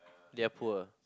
they're poor